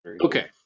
okay